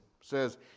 says